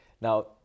Now